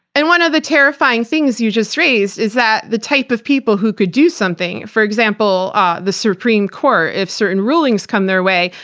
and one of the terrifying things you just raised is that the type of people who could do something, for example ah the supreme court, if certain rulings come their way,